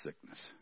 sickness